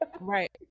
right